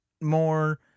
more